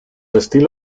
estilo